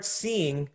seeing